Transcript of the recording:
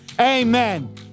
Amen